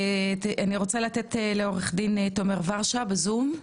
אני רוצה לתת לעו"ד תומר ורשה בזום.